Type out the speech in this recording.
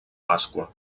pasqua